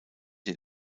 den